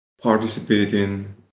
participating